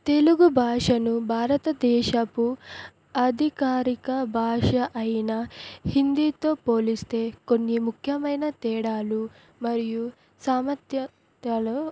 తెలుగు భాషను భారతదేశపు అధికారిక భాష అయిన హిందీతో పోలిస్తే కొన్ని ముఖ్యమైన తేడాలు మరియు సామర్థ్యలు